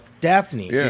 Daphne